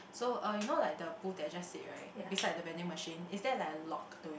so uh you know like the booth that I just said right beside the vending machine is there like a lock to it